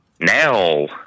now